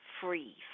free